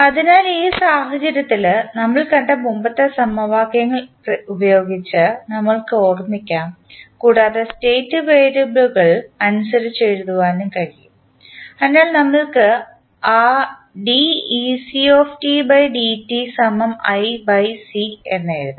അതിനാൽ ഈ സാഹചര്യത്തിൽ നമ്മൾ കണ്ട മുമ്പത്തെ സമവാക്യങ്ങൾ ഉപയോഗിച്ച് നമുക്ക് ഓർമിക്കാം കൂടാതെ സ്റ്റേറ്റ് വേരിയബിളുകൾ അനുസരിച്ച് എഴുതാനും കഴിയും അതിനാൽ നമുക്ക് ആ എഴുതാം